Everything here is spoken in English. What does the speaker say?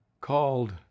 called